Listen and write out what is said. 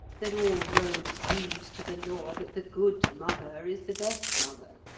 that all roads lead to the law that the good mother is the best mother.